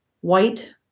white